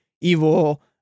evil